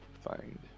find